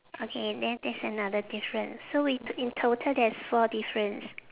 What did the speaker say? okay then that's another difference so we t~ in total there's four difference